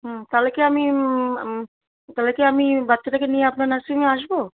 হুম তাহলে কি আমি তাহলে কি আমি বাচ্চাটাকে নিয়ে আপনার নার্সিং হোমে আসব